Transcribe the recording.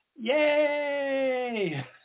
Yay